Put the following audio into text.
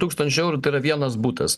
tūkstančių eurų tai yra vienas butas